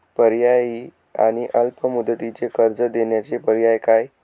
पर्यायी आणि अल्प मुदतीचे कर्ज देण्याचे पर्याय काय?